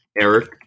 Eric